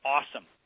Awesome